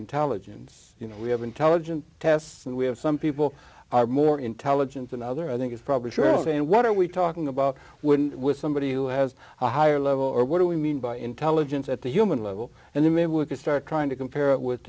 intelligence you know we have intelligence tests and we have some people are more intelligent than others i think is probably sure and what are we talking about when with somebody who has a higher level or what do we mean by intelligence at the human level and then maybe you start trying to compare it with